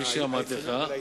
כפי שאמרתי לך.